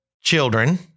children